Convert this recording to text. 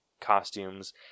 costumes